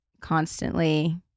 constantly